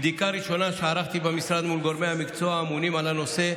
מבדיקה ראשונית שערכתי במשרד מול גורמי המקצוע האמונים על הנושא,